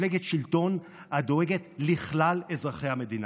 מפלגת שלטון הדואגת לכלל אזרחי המדינה.